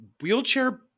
wheelchair